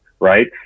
right